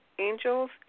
angels